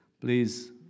please